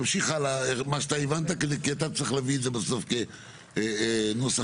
תמשיך הלאה עם מה שאתה הבנת כי אתה צריך להביא את זה בסוף כנוסח לוועדה.